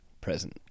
present